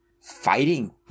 Fighting